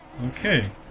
Okay